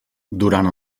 durant